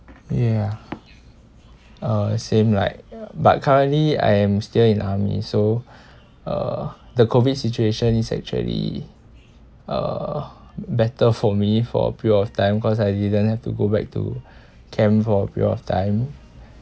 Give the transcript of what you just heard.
ya uh same like but currently I am still in army so uh the COVID situation is actually uh better for me for a period of time cause I didn't have to go back to camp for a period of time